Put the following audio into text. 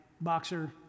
Boxer